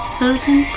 certain